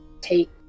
take